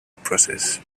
process